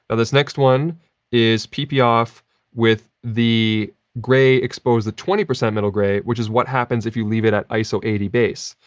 this next one is pp off with the grey exposed at twenty percent middle grey, which is what happens if you leave it at iso eighty base.